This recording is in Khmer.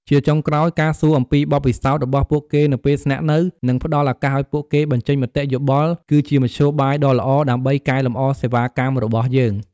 ជាចុងក្រោយ ការសួរអំពី បទពិសោធន៍ របស់ពួកគេនៅពេលស្នាក់នៅ និងផ្តល់ឱកាសឲ្យពួកគេ បញ្ចេញមតិយោបល់ គឺជាមធ្យោបាយដ៏ល្អដើម្បីកែលម្អសេវាកម្មរបស់យើង។